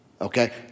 Okay